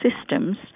systems